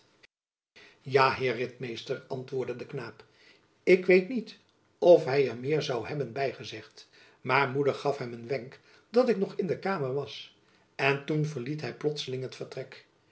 ja heer ritmeester antwoordde de knaap ik weet niet of hy er meer zoû hebben by gezegd maar moeder gaf hem een wenk dat ik nog in de kamer was en toen verliet hy plotselings het vertrek